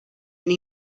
and